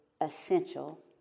essential